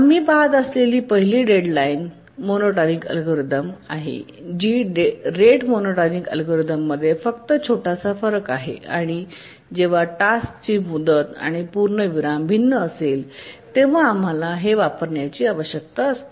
आम्ही पहात असलेली पहिली डेडलाईन मोनोटोनिक अल्गोरिदम आहे जी रेट मोनोटोनिक अल्गोरिदममध्ये फक्त एक छोटासा फरक आहे आणि जेव्हा टास्कची मुदत आणि पूर्णविराम भिन्न असेल तेव्हा आम्हाला हे वापरण्याची आवश्यकता आहे